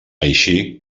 així